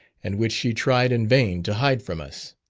and which she tried in vain to hide from us.